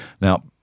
Now –